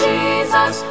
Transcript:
Jesus